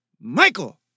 Michael